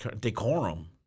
decorum